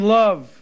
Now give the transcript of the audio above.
love